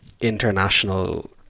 international